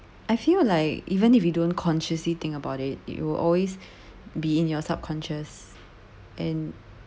I feel like even if you don't consciously think about it it will always be in your subconscious and